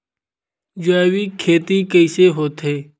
जैविक खेती कइसे होथे?